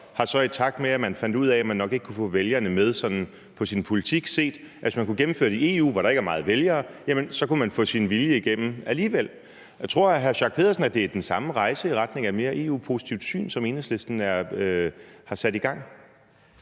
har så, i takt med at man fandt ud af, at man nok ikke kunne få vælgerne med på sin politik, set, at hvis man kunne gennemføre det i EU, hvor der ikke er mange vælgere, så kunne man få sin vilje igennem alligevel. Tror hr. Torsten Schack Pedersen, at det er den samme rejse i retning af et mere EU-positivt syn, som Enhedslisten har sat i gang?